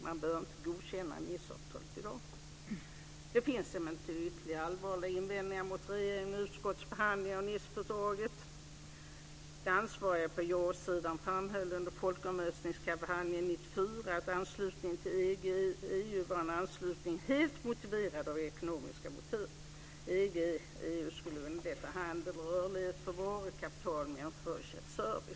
Man bör inte godkänna Niceavtalet i dag. Det finns ytterligare invändningar mot regeringens och utskottets behandling av Nicefördraget. De ansvariga på ja-sidan framhöll under folkomröstningskampanjen 1994 att anslutningen till EG EU skulle underlätta handel och rörlighet för varor, kapital, människor och service.